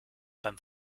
beim